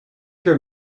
hear